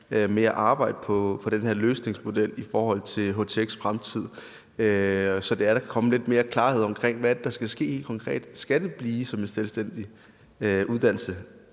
med at arbejde på den her løsningsmodel i forhold til htx' fremtid, så der kan komme lidt mere klarhed om, hvad det er, der skal ske helt konkret? Skal det blive ved med at være en selvstændig uddannelse,